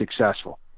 successful